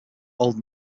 old